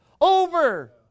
over